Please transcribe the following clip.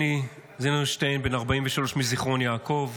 בן 43, מזיכרון יעקב,